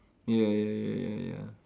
ya ya ya ya ya